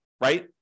right